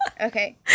Okay